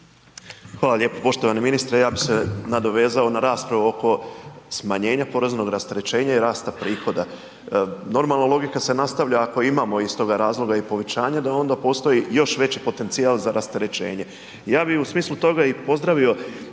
Hvala lijepa poštovani ministre, ja bi se nadovezao na raspravu oko smanjenja poreznog rasterećenja i rasta prihoda. Normalno, logika se nastavlja ako imamo iz toga razloga povećanja da onda postoji još veći potencijal za rasterećenje. Ja bih u smislu toga i pozdravio